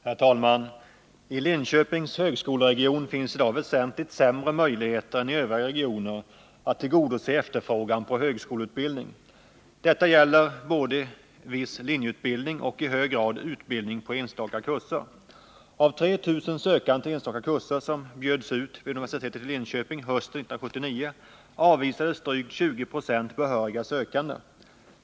Herr talman! I Linköpings högskoleregion finns i dag väsentligt sämre möjligheter än i övriga regioner att tillgodose efterfrågan på högskoleutbildning. Detta gäller både viss linjeutbildning och — i hög grad — utbildning på enstaka kurser. Av 3 000 sökande till enstaka kurser som bjöds ut vid universitetet i Linköping hösten 1979 avvisades drygt 20 96 behöriga sökande.